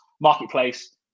marketplace